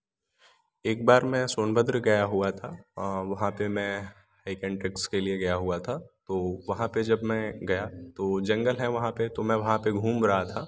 एक बार मैं सोनभद्र गया हुआ था वहा पर मैं एक एंट्रिक्स के लिए गया हुआ था तो वहाँ पर जब मैं गया तो जंगल है वहाँ पर तो मैं वहाँ पर घूम रहा था